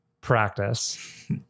practice